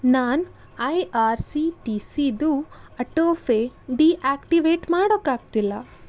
ನನ್ನ I R C T ಸಿದು auto pay deactivate ಮಾಡೋಕ್ಕಾಗ್ತಿಲ್ಲ